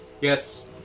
Yes